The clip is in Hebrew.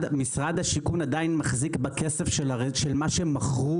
משרד השיכון עדיין מחזיק בכסף של דירות שמכרו.